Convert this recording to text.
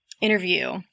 interview